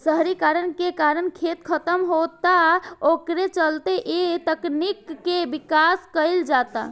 शहरीकरण के कारण खेत खतम होता ओकरे चलते ए तकनीक के विकास कईल जाता